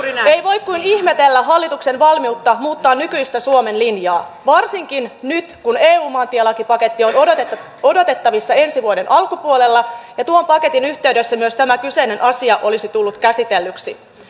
ei voi kuin ihmetellä hallituksen valmiutta muuttaa nykyistä suomen linjaa varsinkin nyt kun eun maantielakipaketti on odotettavissa ensi vuoden alkupuolella ja tuon paketin yhteydessä myös tämä kyseinen asia olisi tullut käsitellyksi